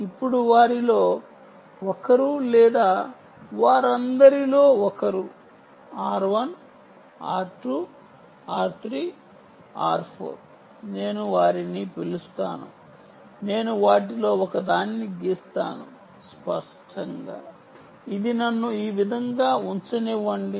ఇప్పుడు వారిలో ఒకరు లేదా వారందరిలో ఒకరు R1 R2 R3 R4 నేను వారిని పిలుస్తాను నేను వాటిలో ఒకదాన్ని గీస్తాను స్పష్టంగా ఇది నన్ను ఈ విధంగా ఉంచనివ్వండి